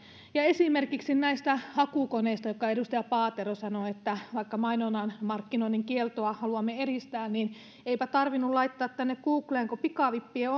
ja esimerkiksi näistä hakukoneista joista edustaja paatero sanoi että vaikka mainonnan markkinoinnin kieltoa haluamme edistää niin eipä tarvinnut laittaa tänne googleen kuin pikavippien